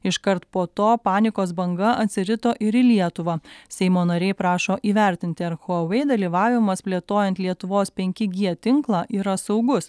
iškart po to panikos banga atsirito ir į lietuvą seimo nariai prašo įvertinti ar huawei dalyvavimas plėtojant lietuvos penki g tinklą yra saugus